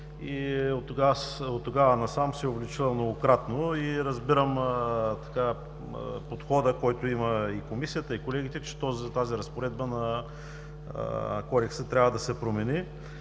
оттогава насам се е увеличила многократно. Разбирам подхода, който имат и Комисията, и колегите, че тази разпоредба на Кодекса трябва да се промени.